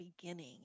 beginning